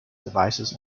devices